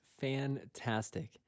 fantastic